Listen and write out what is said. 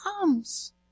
comes